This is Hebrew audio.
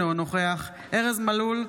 אינו נוכח ארז מלול,